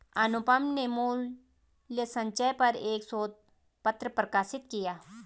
अनुपम ने मूल्य संचय पर एक शोध पत्र प्रकाशित किया